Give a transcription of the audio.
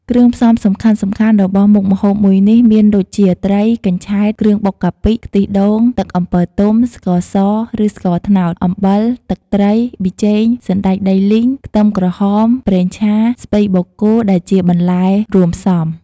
គ្រឿងផ្សំសំខាន់ៗរបស់មុខម្ហូបមួយនេះមានដូចជា ត្រី កញ្ឆែត គ្រឿងបុកកាពិ ខ្ទិះដូង ទឹកអំពិលទុំ ស្ករស ឬស្ករត្នោត អំបិល ទឹកត្រី ប៊ីចេង សណ្ដែកដីលីង ខ្ទឹមក្រហម ប្រេងឆា ស្ពៃបូកគោដែលជាបន្លែរួមផ្សំ។